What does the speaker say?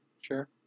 sure